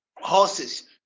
horses